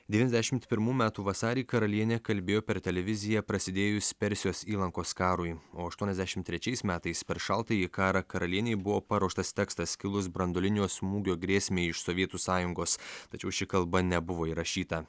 devyniasdešimt pirmų metų vasarį karalienė kalbėjo per televiziją prasidėjus persijos įlankos karui o aštuoniasdešimt trečiais metais per šaltąjį karą karalienei buvo paruoštas tekstas kilus branduolinio smūgio grėsmei iš sovietų sąjungos tačiau ši kalba nebuvo įrašyta